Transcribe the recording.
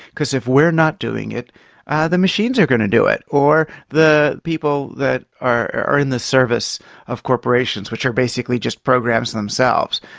because if we're not doing it the machines are going to do it or the people that are are in the service of corporations, which are basically just programs themselves.